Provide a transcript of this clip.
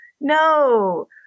no